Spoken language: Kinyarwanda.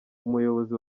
umuyobozi